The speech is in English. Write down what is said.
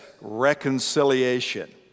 reconciliation